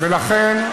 לכן,